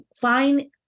fine